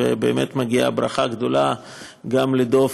ובאמת מגיעה ברכה גדולה גם לדב,